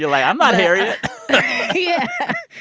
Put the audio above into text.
like i'm not harriet yeah.